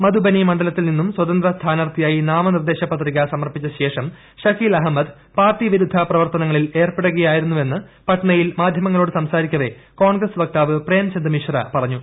മധുബനി മണ്ഡലത്തിൽ നിന്നും സ്വതന്ത്ര സ്ഥാനാർത്ഥിയായി നാമനിർദ്ദേശ പത്രിക സമർപ്പിച്ചശേഷം ഷക്കീൽ അഹമ്മദ് പാർട്ടി വിരുദ്ധ പ്രവർത്തനങ്ങളിൽ ഏർപ്പെടുകയായിരുന്നുവെന്ന് പട്നയിൽ മാധ്യമങ്ങളോട് സംസാരിക്കവേ കോൺഗ്രസ്സ് വക്താവ് പ്രേംചന്ദ് മിശ്ര പറഞ്ഞു